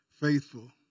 faithful